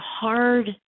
hard